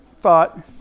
thought